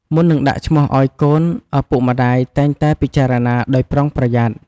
មុននឹងដាក់ឈ្មោះឲ្យកូន ឪពុកម្តាយតែងតែពិចារណាដោយប្រុងប្រយ័ត្ន។